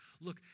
Look